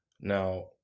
Now